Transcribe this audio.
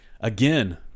Again